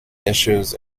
issues